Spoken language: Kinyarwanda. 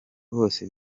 bose